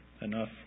enough